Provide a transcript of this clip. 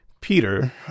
Peter